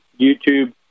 YouTube